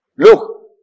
Look